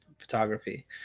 photography